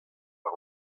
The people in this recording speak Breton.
war